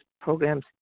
programs